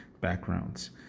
backgrounds